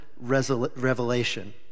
revelation